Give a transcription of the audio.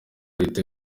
leta